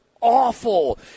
awful